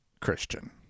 Christian